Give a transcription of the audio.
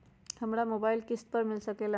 हमरा मोबाइल किस्त पर मिल सकेला?